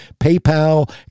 PayPal